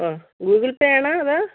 ഓ Google Pay ആണോ അതോ